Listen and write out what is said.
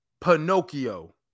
Pinocchio